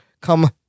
come